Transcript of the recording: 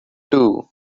too